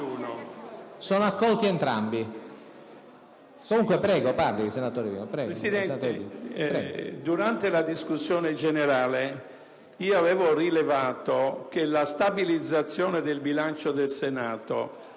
in quanto durante la discussione generale avevo rilevato che la stabilizzazione del bilancio del Senato